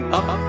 up